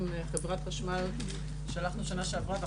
הנתונים ולגבי באמת הזהות של הקבוצה כמו שנאמר כאן.